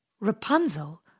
Rapunzel